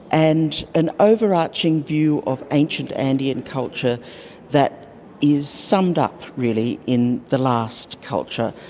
and an overarching view of ancient andean culture that is summed up really in the last culture,